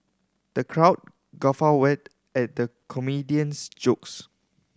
the crowd guffaw wed at the comedian's jokes